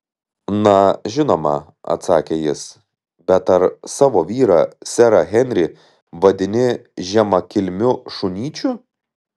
na žinoma atsakė jis bet ar savo vyrą serą henrį vadini žemakilmiu šunyčiu